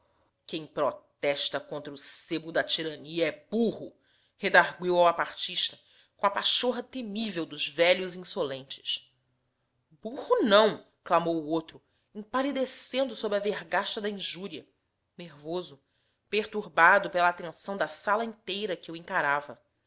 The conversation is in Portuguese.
quem protesta contra o sebo da tirania é barro redargüiu ao apartista com a pachorra temível dos velhos insolentes burro não clamou o outro empalidecendo sob a vergasta da injúria nervoso perturbado pela atenção da sala inteira que o encarava